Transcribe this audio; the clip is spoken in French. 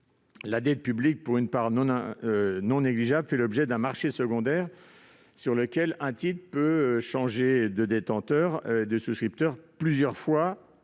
la dette publique, pour une part non négligeable, fait l'objet d'un marché secondaire, sur lequel un titre peut changer de détenteur plusieurs fois